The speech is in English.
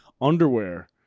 underwear